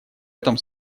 этом